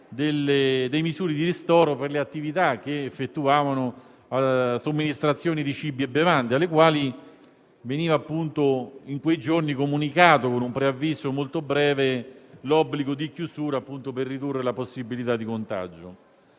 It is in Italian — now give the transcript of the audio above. delle misure di ristoro per le attività che effettuavano somministrazione di cibi e bevande, alle quali veniva in quei giorni comunicato, con un preavviso molto breve, l'obbligo di chiusura per ridurre la possibilità di contagio.